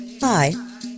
Hi